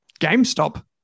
GameStop